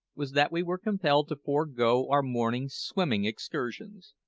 was that we were compelled to forego our morning swimming-excursions.